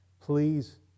please